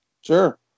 Sure